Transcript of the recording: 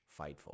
Fightful